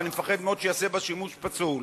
ואני מפחד מאוד שייעשה בה שימוש פסול,